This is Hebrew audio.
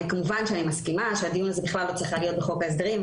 כמובן שאני מסכימה שהדיון הזה בכלל לא היה צריך להיות בחוק ההסדרים,